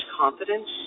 confidence